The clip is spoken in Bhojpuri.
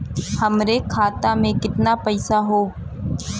हमरे खाता में कितना पईसा हौ?